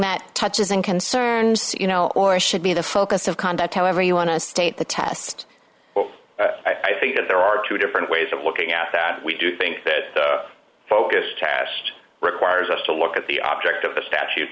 that touches on concerns you know or should be the focus of combat however you want to state the test i think that there are two different ways of looking at that we do think that the focus test requires us to look at the object of a statute